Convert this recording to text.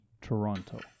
Toronto